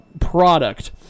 product